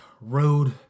road